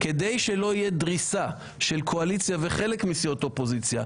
כדי שלא תהיה דריסה של קואליציה וחלק מסיעות האופוזיציה,